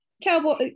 Cowboy